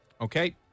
Okay